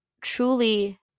truly